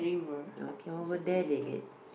okay over there they they